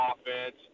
offense